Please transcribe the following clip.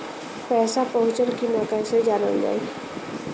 पैसा पहुचल की न कैसे जानल जाइ?